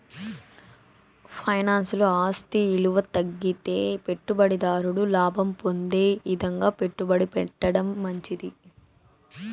ఫైనాన్స్ల ఆస్తి ఇలువ తగ్గితే పెట్టుబడి దారుడు లాభం పొందే ఇదంగా పెట్టుబడి పెట్టడం మంచిది